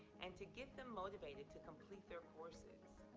and to get them motivated to complete their courses.